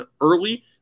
early